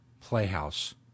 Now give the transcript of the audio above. Playhouse